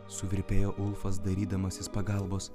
suvirpėjo ulfas dairydamasis pagalbos